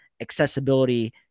accessibility